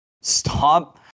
Stop